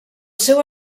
seu